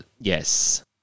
yes